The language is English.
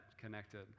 connected